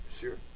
Sure